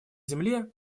земле